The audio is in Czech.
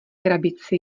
krabici